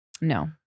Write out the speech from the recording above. No